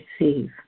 receive